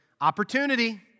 Opportunity